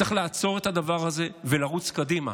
צריך לעצור את הדבר הזה ולרוץ קדימה.